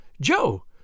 Joe